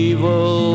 Evil